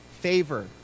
favor